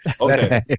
Okay